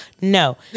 No